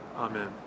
Amen